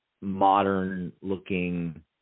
modern-looking